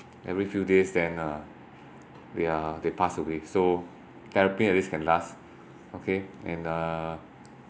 every few days then uh they are they pass away so terrapin at least can last okay and uh